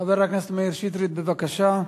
חבר הכנסת מאיר שטרית, בבקשה.